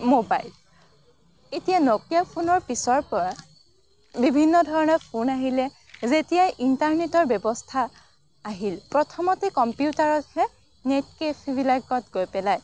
mobile এতিয়া নকিয়া ফোনৰ পিছৰ পৰাই বিভিন্ন ধৰণৰ ফোন আহিলে যেতিয়াই ইণ্টাৰনেটৰ ব্যৱস্থা আহিল প্ৰথমতে কম্পিউটাৰতহে নেট কেফেবিলাকত গৈ পেলাই